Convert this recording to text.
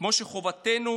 כמו שחובתנו